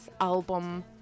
album